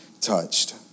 touched